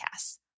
Podcasts